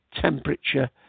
temperature